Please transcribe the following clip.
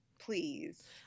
Please